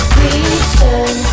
return